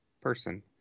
person